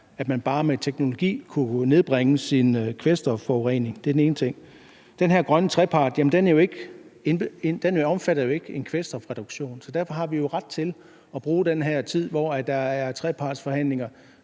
at man bare med teknologi kunne nedbringe sin kvælstofforurening? Det er den ene ting. De her grønne trepartsforhandlinger omfatter ikke en kvælstofreduktion, så derfor har vi jo ret til at bruge den her tid, hvor der er trepartsforhandlinger,